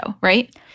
right